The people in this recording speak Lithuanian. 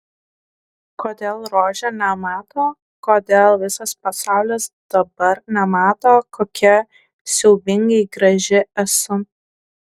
kodėl rožė nemato kodėl visas pasaulis dabar nemato kokia siaubingai graži esu